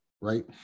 right